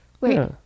Wait